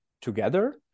together